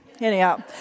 Anyhow